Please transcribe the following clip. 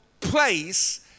place